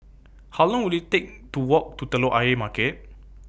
How Long Will IT Take to Walk to Telok Ayer Market